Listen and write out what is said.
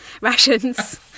rations